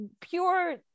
pure